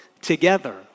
together